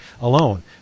alone